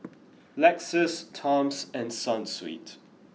Lexus Toms and Sunsweet